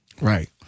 Right